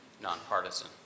nonpartisan